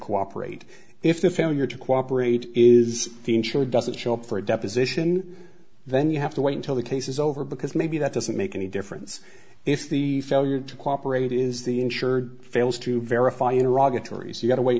cooperate if the failure to cooperate is the insured doesn't show up for a deposition then you have to wait until the case is over because maybe that doesn't make any difference if the failure to cooperate is the insured fails to verify iraq's tori's you gotta wait